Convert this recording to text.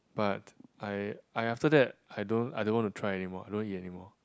but I I after that I don't I don't want to try anymore I don't want to eat anymore